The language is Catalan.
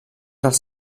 dels